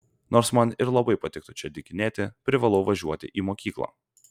nors man ir labai patiktų čia dykinėti privalau važiuoti į mokyklą